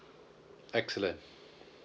excellent